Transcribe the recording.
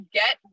get